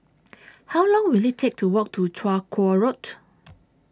How Long Will IT Take to Walk to Chong Kuo Road